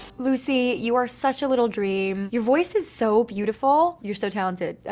lucy, you are such a little dream. your voice is so beautiful. you're so talented.